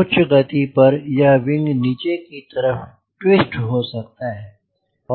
उच्च गति पर यह विंग नीचे की तरफ ट्विस्ट हो सकता है